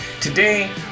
Today